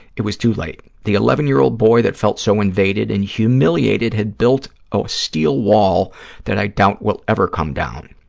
it was too late. the eleven year old boy that felt so invaded and humiliated had built a steel wall that i doubt will ever come down.